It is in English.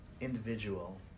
individual